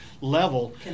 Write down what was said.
level